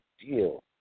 deal